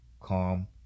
calm